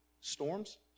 storms